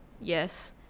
yes